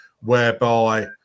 whereby